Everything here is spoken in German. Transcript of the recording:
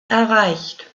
erreicht